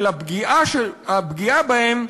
של הפגיעה בהם,